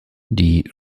die